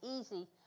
easy